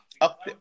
Up